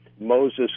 Moses